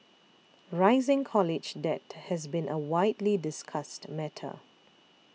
rising college debt has been a widely discussed matter